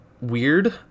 weird